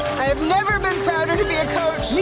i have never been prouder to be a coach.